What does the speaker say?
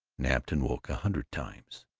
napped and woke, a hundred times.